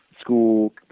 school